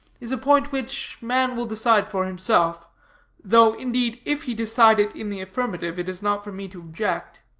is a point which man will decide for himself though, indeed, if he decide it in the affirmative, it is not for me to object.